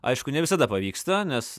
aišku ne visada pavyksta nes